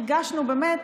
הרגשנו באמת,